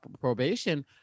probation